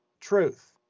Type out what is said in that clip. truth